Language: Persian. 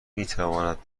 میتواند